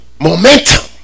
momentum